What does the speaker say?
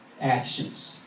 actions